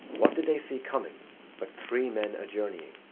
what did they see coming but three men a-journeying.